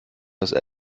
etwas